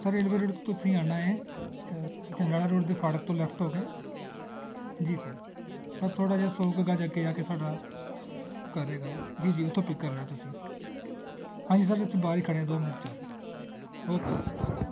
sir railway road ਤੋਂ ਤੁਸੀਂ ਆਉਣਾ ਹੈ ਜੰਡਿਆਲਾ ਰੋਡ 'ਤੇ ਫਾਟਕ ਤੋਂ ਲੈਫਟ ਹੋ ਕੇ ਜੀ ਸਰ ਬਸ ਥੋੜ੍ਹਾ ਜਿਹਾ ਸੌ ਕੁ ਗਜ਼ ਅੱਗੇ ਜਾ ਕੇ ਸਾਡਾ ਘਰ ਹੈਗਾ ਆ ਜੀ ਜੀ ਉੱਥੋਂ ਪਿੱਕ ਕਰਨਾ ਤੁਸੀਂ ਹਾਂਜੀ ਸਰ ਜੇ ਅਸੀਂ ਬਾਹਰ ਹੀ ਖੜ੍ਹੇ ਆ ਦੋ ਮਿੰਟ 'ਚ ਆ ਜਾਓ ਓਕੇ ਸਰ